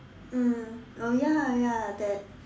mm oh ya ya that